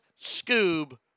Scoob